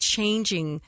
Changing